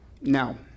Now